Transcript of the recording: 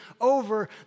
over